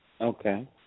Okay